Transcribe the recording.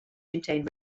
contained